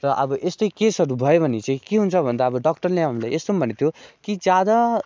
र अब यस्तै केसहरू भयो भने चाहिँ के हुन्छ भन्दा अब डक्टरले हामीलाई यस्तो पनि भनेको थियो कि ज्यादा